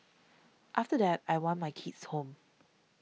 after that I want my kids home